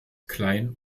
klein